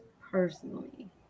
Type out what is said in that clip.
personally